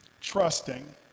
trusting